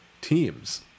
teams